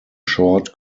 short